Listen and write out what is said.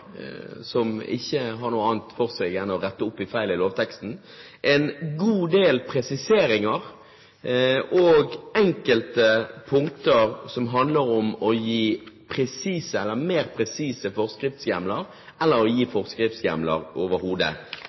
som ikke har noe annet for seg enn å rette opp feil i lovteksten. Det er en god del presiseringer, og enkelte punkter som handler om å gi mer presise forskriftshjemler – eller å gi forskriftshjemler overhodet